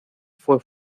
fue